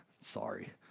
sorry